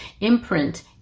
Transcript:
imprint